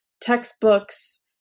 textbooks